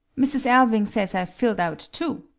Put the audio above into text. mrs. alving says i've filled out too.